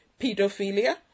pedophilia